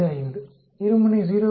025 இருமுனை 0